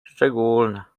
szczególne